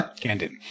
Candid